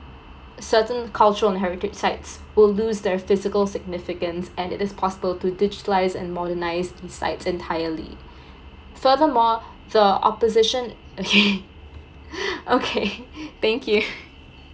certain cultural and heritage sites will loose their physical significance and it is possible to digitalize and modernize these sites entirely further more the opposition okay okay thank you